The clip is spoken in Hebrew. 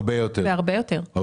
במחיר הרבה יותר זול.